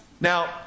Now